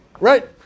Right